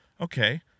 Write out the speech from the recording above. okay